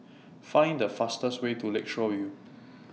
Find The fastest Way to Lakeshore YOU